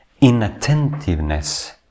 inattentiveness